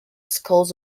skulls